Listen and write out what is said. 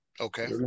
Okay